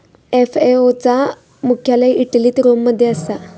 FAO चा मुख्यालय इटलीत रोम मध्ये असा